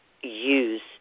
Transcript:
use